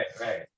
Right